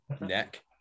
neck